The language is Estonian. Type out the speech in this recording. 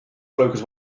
tulevikus